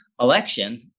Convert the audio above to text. election